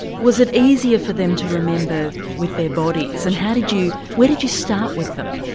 was it easier for them to remember with their bodies and how did you where did you start with them?